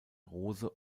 rose